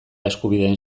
eskubideen